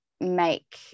make